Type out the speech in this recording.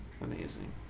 amazing